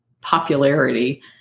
popularity